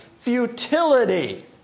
futility